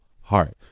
heart